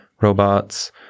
robots